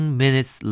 minutes